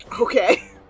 Okay